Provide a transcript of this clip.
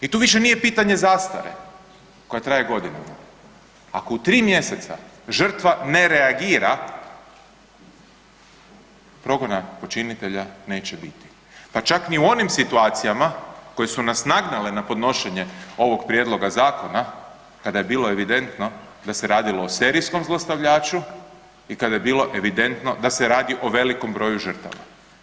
I tu više nije pitanje zastare koja traje godinama, ako u tri mjeseca žrtva ne reagira, progona počinitelja neće biti, pa čak ni u onim situacijama koje su nas nagnale na podnošenje ovog prijedloga zakona kada je bilo evidentno da se radilo o serijskom zlostavljaču i kada je bilo evidentno da se radi o velikom broju žrtava.